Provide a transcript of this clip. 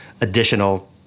additional